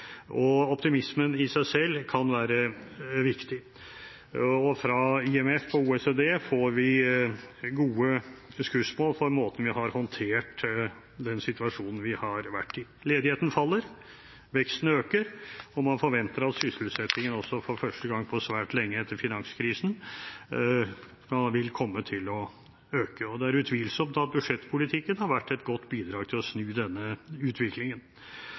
og optimismen i seg selv kan være viktig. Fra IMF og OECD får vi gode skussmål for måten vi har håndtert den situasjonen vi har vært i. Ledigheten faller, veksten øker, og man forventer at sysselsettingen også for første gang på svært lenge etter finanskrisen vil komme til å øke. Det er utvilsomt at budsjettpolitikken har vært et godt bidrag til å snu denne utviklingen.